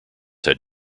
had